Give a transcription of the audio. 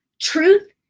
truth